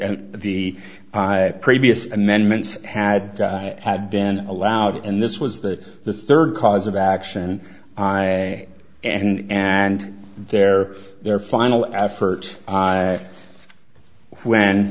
and the previous amendments had had been allowed and this was that the third cause of action and and their their final effort when